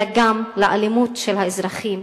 אלא גם לאלימות של האזרחים,